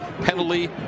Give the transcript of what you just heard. Penalty